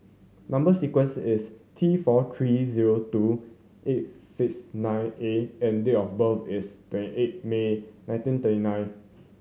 number sequence is T four three zero two eight six nine A and date of birth is twenty eight May nineteen thirty nine